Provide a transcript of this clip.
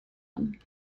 one